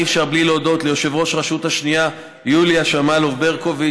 אי-אפשר בלי להודות ליושבת-ראש הרשות השנייה יוליה שמאלוב-ברקוביץ',